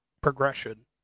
progression